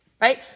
right